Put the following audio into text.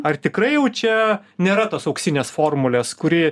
ar tikrai jau čia nėra tos auksinės formulės kuri